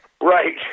Right